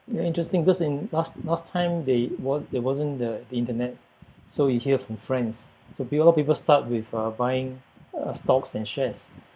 very interesting because in last last time there wa~ there wasn't the internet so you hear from friends so peo~ a lot of people start with uh buying uh stocks and shares